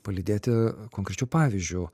palydėti konkrečiu pavyzdžiu